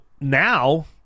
now